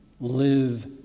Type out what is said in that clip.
live